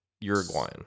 Uruguayan